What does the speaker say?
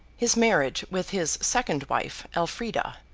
his marriage with his second wife, elfrida,